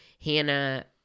Hannah